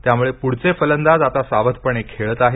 त्यामुळे पुढचे फलंदाज आता सावधपणे खेळत आहेत